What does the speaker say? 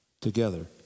together